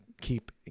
keep